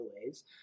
delays